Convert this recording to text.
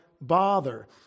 bother